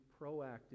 proactive